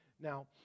Now